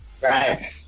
Right